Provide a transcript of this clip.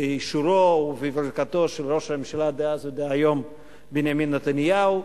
באישורו ובברכתו של ראש הממשלה דאז ודהיום בנימין נתניהו.